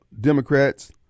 Democrats